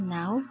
now